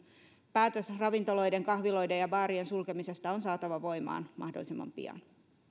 päätös ravintoloiden kahviloiden ja baarien sulkemisesta on saatava voimaan mahdollisimman pian